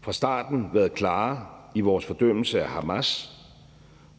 fra starten været klare i vores fordømmelse af Hamas